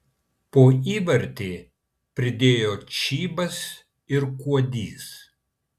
po įvartį pridėjo čybas ir kuodys